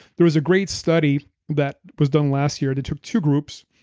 there was a great study that was done last year, it took two groups.